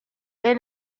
they